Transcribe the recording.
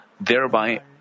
thereby